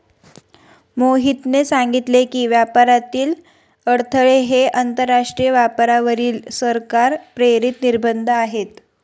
मोहितने सांगितले की, व्यापारातील अडथळे हे आंतरराष्ट्रीय व्यापारावरील सरकार प्रेरित निर्बंध आहेत